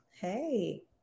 Hey